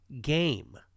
game